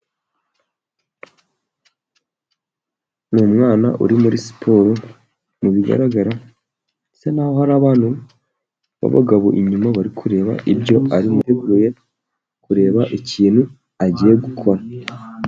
Ni umwana uri muri siporo mu bigaragara hasa nkaho hari abantu babagabo inyuma, bari kureba biteguye kureba ibyo agiye gukora.